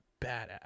badass